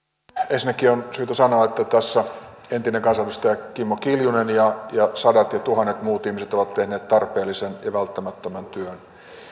ensinnäkin on syytä sanoa että tässä entinen kansanedustaja kimmo kiljunen ja sadat ja tuhannet muut ihmiset ovat tehneet tarpeellisen ja välttämättömän työn